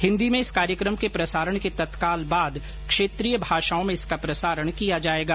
हिंदी में इस कार्यक्रम के प्रसारण के तत्काल बाद क्षेत्रीय भाषाओं में इसका प्रसारण किया जाएगा